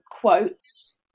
quotes